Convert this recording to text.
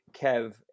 Kev